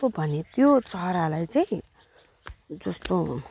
कस्तो भने त्यो चरालाई चाहिँ जस्तो